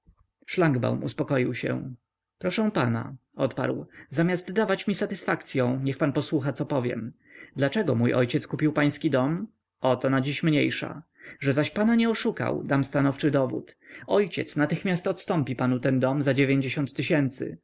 tomasz szlangbaum uspokoił się proszę pana odparł zamiast dawać mi satysfakcyą niech pan posłucha co powiem dlaczego mój ojciec kupił pański dom o to na dziś mniejsza że zaś pana nie oszukał dam stanowczy dowód ojciec natychmiast odstąpi panu ten dom za dziewięćdziesiąt tysięcy